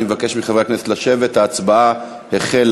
אני מבקש מחברי הכנסת לשבת, ההצבעה החלה.